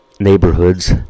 neighborhoods